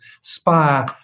Spire